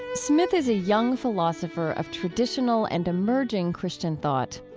smith is a young philosopher of traditional and emerging christian thought.